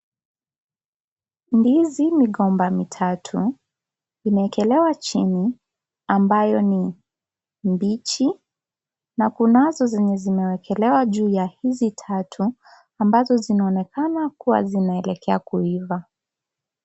Ndizi migomba mitatu imewekelewa chini ambayo ni mbichi na kunazo zenye zimewekelewa juu ya hizi tatu ambazo zinaonekana kuwa zinaelekea kuiva.